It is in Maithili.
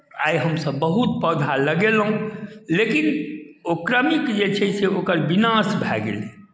आइ हमसभ बहुत पौधा लगेलहुँ लेकिन ओ क्रमिक जे छै से ओकरा विनाश भए गेलै